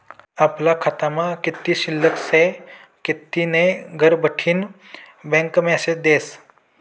आपला खातामा कित्ली शिल्लक शे कित्ली नै घरबठीन बँक मेसेज देस